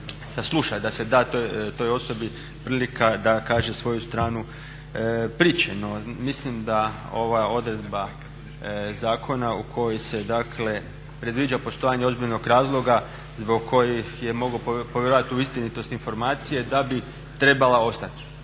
da se da toj osobi prilika da kaže svoju stranu priče. No, mislim da ova odredba zakona u kojoj se dakle predviđa postojanje ozbiljnog razloga zbog kojih je mogao povjerovati u istinitost informacije da bi trebala ostati.